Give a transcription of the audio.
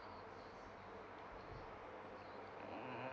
mm